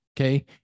okay